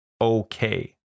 okay